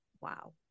Wow